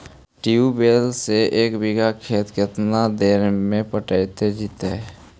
Tubewell से एक बिघा खेत केतना देर में पटैबए जितै?